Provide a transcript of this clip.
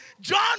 John